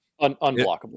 unblockable